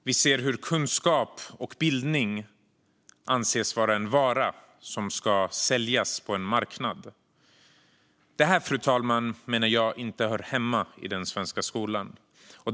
Vi ser hur kunskap och bildning anses vara en vara som ska säljas på en marknad. Detta, fru talman, menar jag inte hör hemma i den svenska skolan.